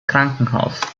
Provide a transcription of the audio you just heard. krankenhaus